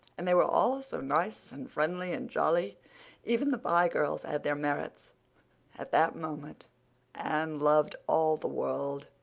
and they were all so nice and friendly and jolly even the pye girls had their merits at that moment anne loved all the world.